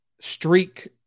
streak